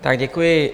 Tak děkuji.